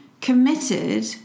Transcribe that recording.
committed